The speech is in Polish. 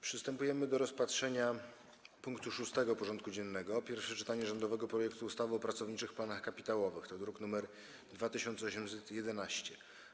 Przystępujemy do rozpatrzenia punktu 6. porządku dziennego: Pierwsze czytanie rządowego projektu ustawy o pracowniczych planach kapitałowych (druk nr 2811)